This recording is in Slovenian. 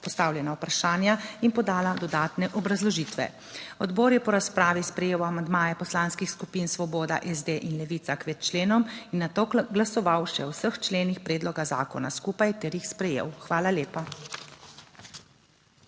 postavljena vprašanja in podala dodatne obrazložitve. Odbor je po razpravi sprejel amandmaje poslanskih skupin Svoboda, SD in Levica k več členom in nato glasoval še o vseh členih predloga zakona skupaj ter jih sprejel. Hvala lepa.